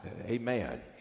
Amen